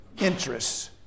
interests